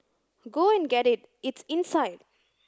go and get it it's inside